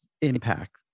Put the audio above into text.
impact